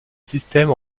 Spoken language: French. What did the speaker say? système